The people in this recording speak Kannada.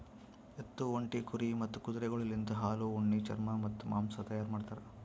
ಎತ್ತು, ಒಂಟಿ, ಕುರಿ ಮತ್ತ್ ಕುದುರೆಗೊಳಲಿಂತ್ ಹಾಲು, ಉಣ್ಣಿ, ಚರ್ಮ ಮತ್ತ್ ಮಾಂಸ ತೈಯಾರ್ ಮಾಡ್ತಾರ್